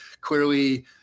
clearly –